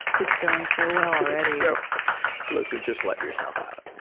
it's going so well already. so listen, just let yourself out.